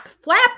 flap